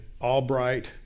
Albright